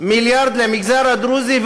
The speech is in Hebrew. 2.5 מיליארד למגזר הדרוזי,